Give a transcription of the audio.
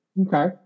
okay